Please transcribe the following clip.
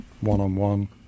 one-on-one